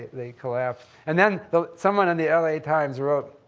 they collapsed. and then, though, someone on the la times wrote,